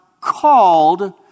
called